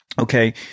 Okay